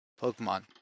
Pokemon